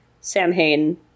Samhain